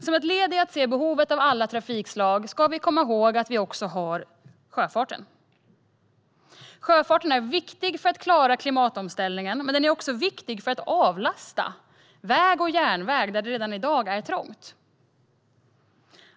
Som ett led i att se behovet av alla trafikslag ska vi komma ihåg att vi också har sjöfarten. Sjöfarten är viktig för att klara klimatomställningen men också för att avlasta väg och järnväg, där det redan i dag är trångt.